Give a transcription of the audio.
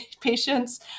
patients